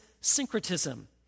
syncretism